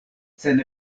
sen